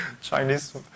Chinese